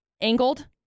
angled